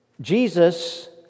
Jesus